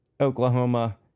Oklahoma